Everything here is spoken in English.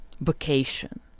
vacation